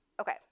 Okay